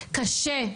קשה,